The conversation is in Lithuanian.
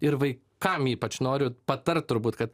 ir vai kam ypač noriu patart turbūt kad